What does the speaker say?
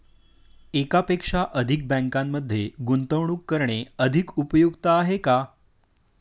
एकापेक्षा अधिक बँकांमध्ये गुंतवणूक करणे अधिक उपयुक्त आहे का?